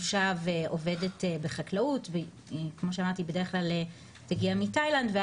מושב עובדת בחקלאות והיא כמו שאמרתי בד"כ תגיע מתאילנד,